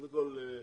קודם כל,